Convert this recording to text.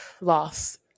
loss